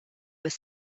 with